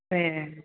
ए